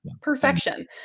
Perfection